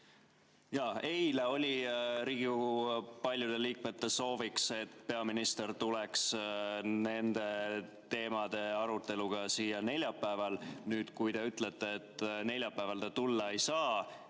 paljude Riigikogu liikmete soov, et peaminister tuleks nendel teemadel arutlema siia neljapäeval. Kui te ütlete, et neljapäeval ta tulla ei saa,